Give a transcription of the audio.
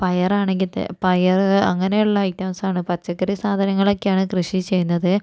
പയറാണെങ്കിൽ ത പയറ് അങ്ങനെയുള്ള ഐറ്റംസാണ് പച്ചക്കറി സാധനങ്ങളൊക്കെയാണ് കൃഷി ചെയ്യുന്നത്